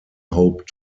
hoped